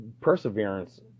Perseverance